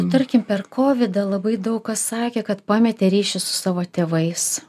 tarkim per kovidą labai daug kas sakė kad pametė ryšį su savo tėvais